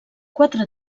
quatre